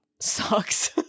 sucks